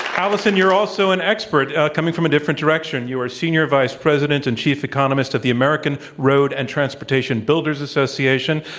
alison, you're also an expert coming from a different direction. you are a senior vice president and chief economist at the american road and transportation builders association.